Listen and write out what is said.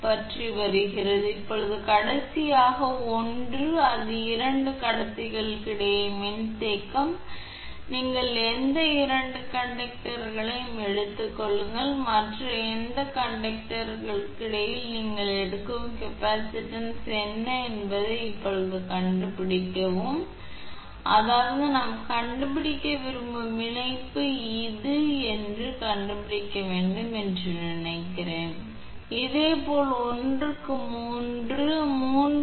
696 A பற்றி வருகிறது இப்போது கடைசியாக 1 அது எந்த 2 கடத்திகளுக்கிடையேயான மின்தேக்கம் நீங்கள் எந்த 2 கண்டக்டர்களையும் எடுத்துக்கொள்ளுங்கள் மற்றும் எந்த 2 கண்டக்டர்களுக்கிடையில் நீங்கள் எடுக்கும் கெப்பாசிட்டன்ஸ் என்ன என்பதை இப்போது கண்டுபிடிக்கவும் 2 கண்டக்டர்கள் அதாவது நாம் கண்டுபிடிக்க விரும்பும் இணைப்பு இது என்று கண்டுபிடிக்க வேண்டும் என்று நினைக்கிறேன் 1 முதல் 2 வரை 2 கண்டக்டர் 1 முதல் 2 வரை நீங்கள் இதை கண்டுபிடிக்க வேண்டும் என்று நினைக்கிறீர்கள்